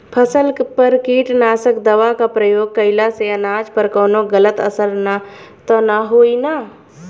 फसल पर कीटनाशक दवा क प्रयोग कइला से अनाज पर कवनो गलत असर त ना होई न?